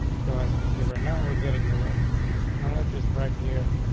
so, as you can see right now, we're getting along and let's just right here.